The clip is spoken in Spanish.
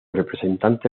representante